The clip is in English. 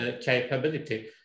capability